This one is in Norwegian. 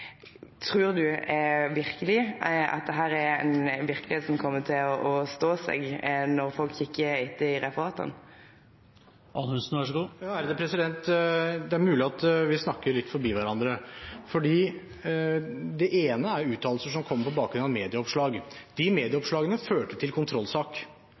er ei verkelegheitsoppfatning som kjem til å stå seg når folk kikar etter i referata? Det er mulig at vi snakker litt forbi hverandre, for det ene er uttalelser som kommer på bakgrunn av medieoppslag. Disse medieoppslagene førte til kontrollsak.